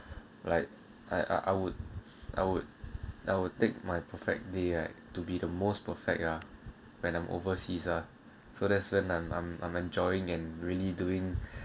like I I would I would I would take my perfect day right to be the most perfect ah when I'm overseas ah so that's when I'm I'm enjoying and really doing